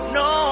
no